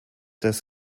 das